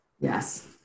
Yes